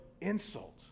insult